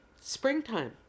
springtime